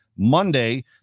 Monday